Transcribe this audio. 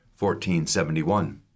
1471